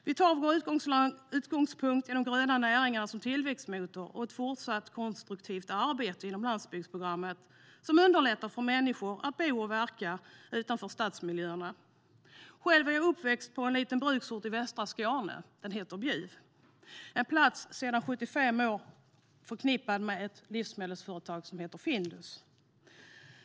Vi tar vår utgångspunkt i de gröna näringarna som tillväxtmotor och ett fortsatt konstruktivt arbete inom landsbygdsprogrammet som underlättar för människor att bo och verka utanför statsmiljöerna. Själv är jag uppväxt på en liten bruksort i västra Skåne, Bjuv. Det är en plats som sedan 75 år tillbaka är starkt förknippat med ett livsmedelsföretag som heter Findus.